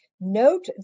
Note